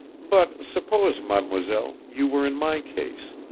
but suppose, mademoiselle, you were in my case.